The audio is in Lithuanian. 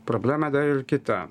problema dar ir kita